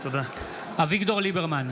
אביגדור ליברמן,